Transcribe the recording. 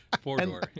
Four-door